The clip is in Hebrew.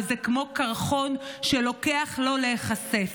וזה כמו קרחון שלוקח לו זמן להיחשף.